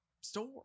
store